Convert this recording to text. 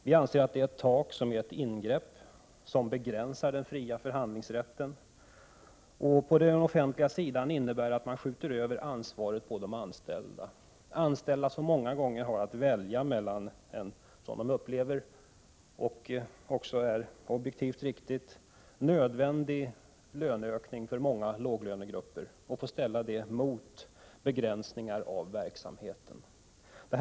Vi anser att detta tak är ett ingrepp som begränsar den fria förhandlingsrätten och att det på den offentliga sidan innebär att man skjuter över ansvaret på de anställda, som många gånger har att välja mellan en som de upplever — vilket ofta också är riktigt - nödvändig löneökning för många låglönegrupper och en begränsning av verksamheten.